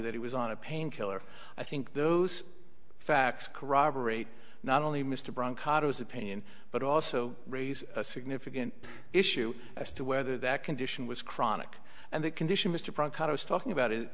that he was on a pain killer i think those facts corroborate not only mr brancato his opinion but also raise a significant issue as to whether that condition was chronic and the condition mr prado is talking about it